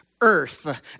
earth